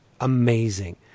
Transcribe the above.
amazing